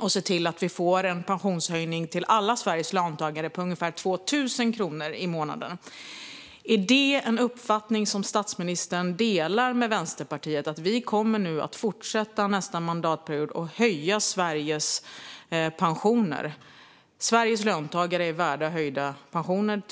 och se till att vi får en pensionshöjning till alla Sveriges löntagare på ungefär 2 000 kronor i månaden. Är det en uppfattning som statsministern delar med Vänsterpartiet att vi nu kommer att fortsätta att höja Sveriges pensioner nästa mandatperiod? Vi tycker att Sveriges löntagare är värda höjda pensioner.